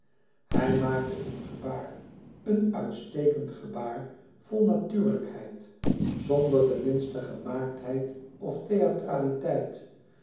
hij maakte een gebaar een uitstekend gebaar vol natuurlijkheid zonder de minste gemaaktheid of theatraliteit